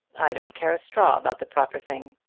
i don't care a straw about the proper thing!